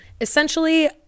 essentially